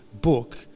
book